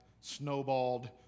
snowballed